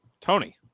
Tony